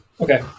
Okay